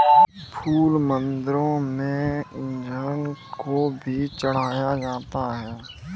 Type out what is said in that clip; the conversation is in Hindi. फूल मंदिरों में ईश्वर को भी चढ़ाया जाता है